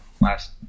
last